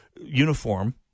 uniform